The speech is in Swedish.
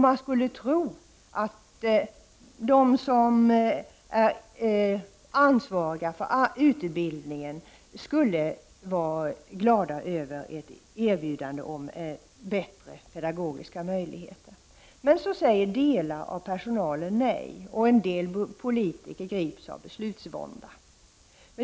Man skulle tro att de som är ansvariga för utbildningen skulle vara glada för erbjudandet om bättre pedagogiska möjligheter. Men så säger delar av personalen nej, och en del politiker grips av beslutsvånda.